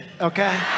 okay